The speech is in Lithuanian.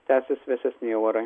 tęsis vėsesni jau orai